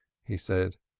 he said.